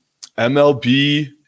MLB